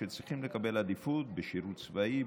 שצריכים לתת עדיפות לשירות צבאי,